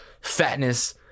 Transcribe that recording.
fatness